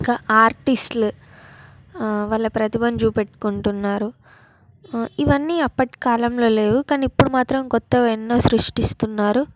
ఇంకా ఆర్టిస్ట్లు వాళ్ళ ప్రతిభను చూపెట్టుకుంటున్నారు ఇవన్నీ అప్పటి కాలంలో లేవు కాని ఇప్పుడు మాత్రం క్రొత్తగా ఎన్నో సృష్ఠిస్తున్నారు